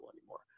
anymore